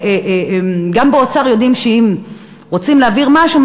גם באוצר יודעים שאם רוצים להעביר משהו,